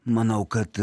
manau kad